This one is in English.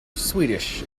swedish